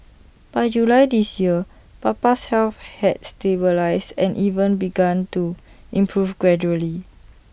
by July this year Papa's health had stabilised and even begun to improve gradually